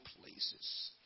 places